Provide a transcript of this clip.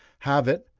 halve it,